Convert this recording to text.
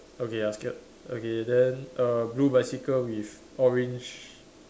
okay ah skirt okay then err blue bicycle with orange